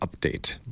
update